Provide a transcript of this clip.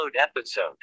episode